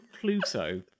Pluto